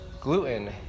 gluten